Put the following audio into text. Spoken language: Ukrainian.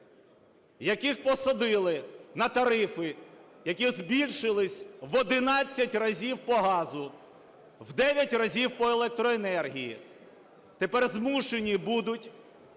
яких посадили на тарифи, які збільшилися в 11 разів по газу, в 9 разів по електроенергії, тепер змушені будуть